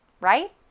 right